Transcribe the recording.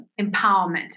empowerment